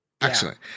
Excellent